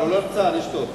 אני רוצה להזכיר לו.